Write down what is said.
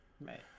Right